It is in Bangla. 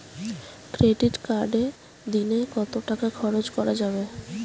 ক্রেডিট কার্ডে দিনে কত টাকা খরচ করা যাবে?